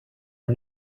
are